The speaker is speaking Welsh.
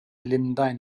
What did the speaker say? lundain